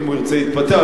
אם הוא ירצה להתפטר,